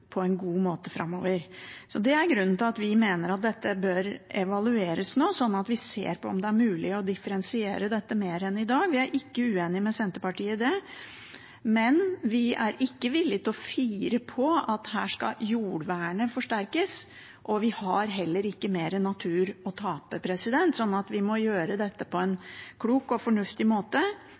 god måte framover. Det er grunnen til at vi mener at dette bør evalueres nå, sånn at vi ser på om det er mulig å differensiere dette mer enn i dag. Vi er ikke uenige med Senterpartiet i det, men vi er ikke villige til å fire på at her skal jordvernet forsterkes. Vi har heller ikke mer natur å tape, så vi må gjøre dette på en klok og fornuftig måte,